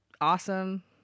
awesome